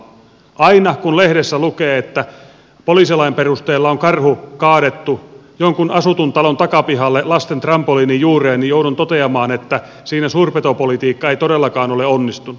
aina kun lehdessä lukee että poliisilain perusteella on karhu kaadettu jonkun asutun talon takapihalle lasten trampoliinin juureen joudun toteamaan että siinä suurpetopolitiikka ei todellakaan ole onnistunut